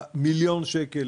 מיליון שקלים.